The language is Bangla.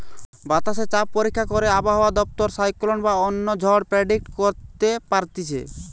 বাতাসে চাপ পরীক্ষা করে আবহাওয়া দপ্তর সাইক্লোন বা অন্য ঝড় প্রেডিক্ট করতে পারতিছে